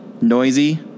Noisy